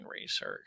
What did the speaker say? research